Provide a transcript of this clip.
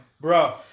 Bro